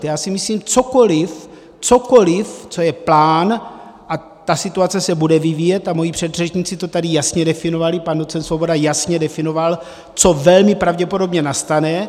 Já si myslím, že cokoliv, cokoliv, co je plán a ta situace se bude vyvíjet a moji předřečníci to tady jasně definovali, pan docent Svoboda jasně definoval, co velmi pravděpodobně nastane.